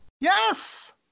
Yes